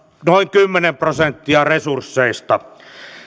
noin kymmenen prosenttia resursseista